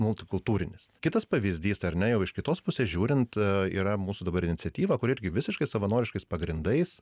multikultūrinis kitas pavyzdys ar ne jau iš kitos pusės žiūrint yra mūsų dabar iniciatyva kuri irgi visiškai savanoriškais pagrindais